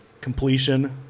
completion